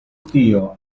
tio